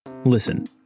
Listen